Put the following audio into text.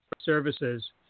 services